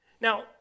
Now